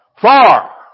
Far